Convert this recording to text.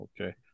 okay